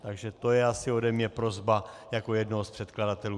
Takže to je asi ode mě prosba jako jednoho z předkladatelů.